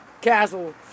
castle